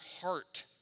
heart